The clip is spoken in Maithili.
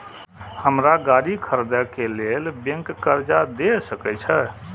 हमरा गाड़ी खरदे के लेल बैंक कर्जा देय सके छे?